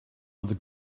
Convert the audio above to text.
oedd